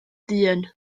dyn